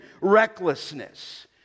recklessness